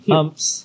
Humps